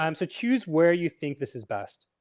um so, choose where you think this is best.